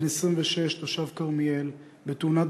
בן 26, תושב כרמיאל, בהתנגשות